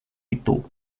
itu